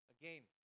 Again